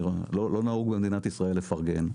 לא נהוג במדינת ישראל לפרגן,